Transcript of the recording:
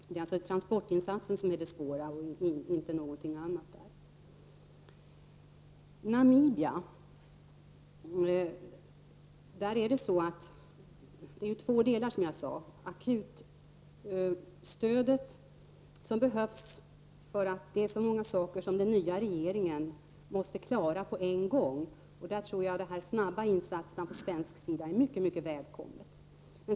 Det är alltså transportinsatsen och inte något annat som där är det svåra. I Namibia består hjälpen som jag sade av två delar. Den ena är det akuta stödet, som behövs eftersom den nya regeringen nu måste klara så många saker på en gång. Jag tror att de snabba insatserna från svensk sida där är mycket mycket välkomna.